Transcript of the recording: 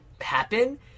happen